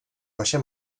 vaše